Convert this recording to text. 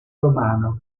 romano